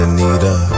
Anita